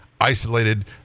isolated